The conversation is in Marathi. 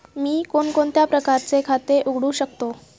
मी कोणकोणत्या प्रकारचे खाते उघडू शकतो?